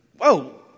whoa